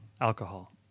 alcohol